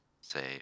say